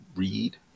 Read